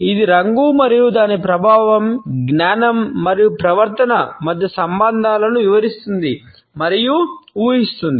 ఇది రంగు మరియు దాని ప్రభావం జ్ఞానం మరియు ప్రవర్తన మధ్య సంబంధాలను వివరిస్తుంది మరియు ఊహిస్తుంది